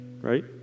right